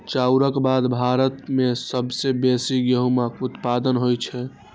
चाउरक बाद भारत मे सबसं बेसी गहूमक उत्पादन होइ छै